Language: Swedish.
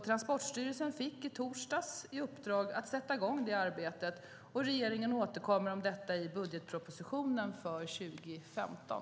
Transportstyrelsen fick i torsdags i uppdrag att sätta i gång det arbetet. Regeringen återkommer om detta i budgetpropositionen för 2015.